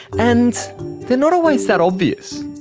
and they are not always that obvious.